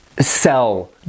sell